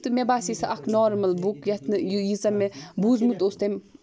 تہٕ مےٚ باسے سۄ اَکھ نارمَل بُک یَتھ نہٕ ییٖژاہ مےٚ بوٗزمُت اوس تٔمۍ